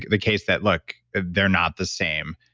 the case that, look, they're not the same.